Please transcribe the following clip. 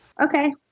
Okay